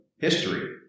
history